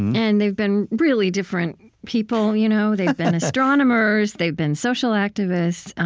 and they've been really different people. you know they've been astronomers, they've been social activists,